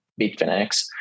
Bitfinex